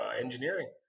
engineering